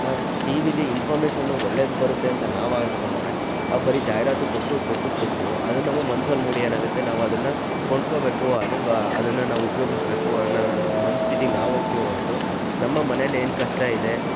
T ವಿಯಲ್ಲಿ ಇನ್ಫಾರ್ಮೇಶನ್ನು ಒಳ್ಳೆಯದು ಬರುತ್ತೆ ಅಂತ ನಾವು ಹಾಕ್ಕೊಂಡ್ರೆ ಅವರು ಬರೀ ಜಾಹೀರಾತು ಕೊಟ್ಟು ಕೊಟ್ಟು ಕೊಟ್ಟು ಅದೇ ನಮ್ಮ ಮನಸಲ್ಲಿ ಮೂಡಿ ಏನಾಗುತ್ತೆ ನಾವು ಅದನ್ನು ಕೊಂಡ್ಕೋಬೇಕು ಅದರ ಅದನ್ನು ನಾವು ಉಪಯೋಗಿಸ್ಬೇಕು ಅನ್ನೋ ಮನಸ್ಥಿತಿಗೆ ನಾವು ಹೋಗ್ತೇವೆ ಹೊರತು ನಮ್ಮ ಮನೆಯಲ್ಲೇನು ಕಷ್ಟ ಇದೆ